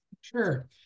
Sure